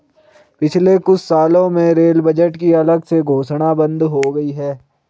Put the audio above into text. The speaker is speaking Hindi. पिछले कुछ सालों में रेल बजट की अलग से घोषणा बंद हो गई है